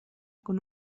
con